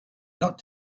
not